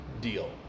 deal